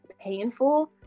painful